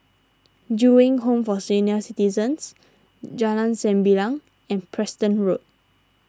Ju Eng Home for Senior Citizens Jalan Sembilang and Preston Road